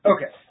Okay